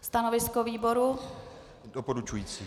Stanovisko výboru doporučující.